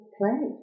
play